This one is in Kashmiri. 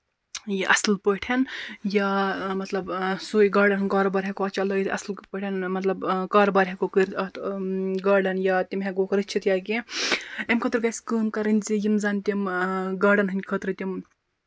یہِ اَصٕل پٲٹھۍ یا مطلب سُے گاڈین ہُنٛد کاروبار ہیٚکَو أسۍ چَلاوِتھ اَصٕل پٲٹھۍ مطلب کاروبار ہیٚکَو کٔرِتھ اَتھ گاڈین یا تِم ہیٚکَوکھ رٔچھِتھ یا کیٚنٛہہ اَمہِ خٲطرٕ گژھِ کٲم کَرٕنۍ زِ یِم زَن تِم گاڈَن ہٕنٛدۍ خٲطرٕ تِم